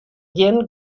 gjin